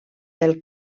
del